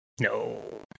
No